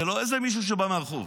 זה לא איזה מישהו שבא מהרחוב.